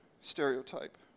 stereotype